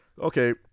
Okay